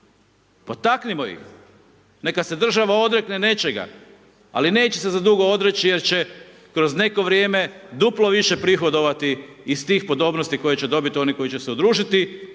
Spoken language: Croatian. Potaknimo ih. Neka se država odrekne nečega, al neće se zadugo odreći jer će kroz neko vrijeme, duplo više prihodovati iz tih podobnosti koje će dobiti oni koji će se udružiti